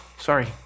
sorry